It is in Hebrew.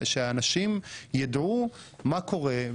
שהאנשים ידעו מה קורה.